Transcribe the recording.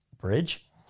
bridge